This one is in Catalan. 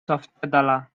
softcatalà